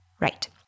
Right